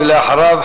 ואחריו,